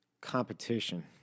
competition